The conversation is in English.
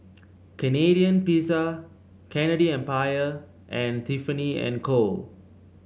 Canadian Pizza Candy Empire and Tiffany And Co